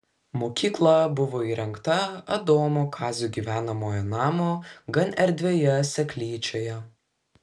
mokykla buvo įrengta adomo kazio gyvenamojo namo gan erdvioje seklyčioje